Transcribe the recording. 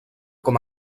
com